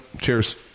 cheers